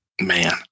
Man